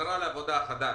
החזרה לעבודה החדש,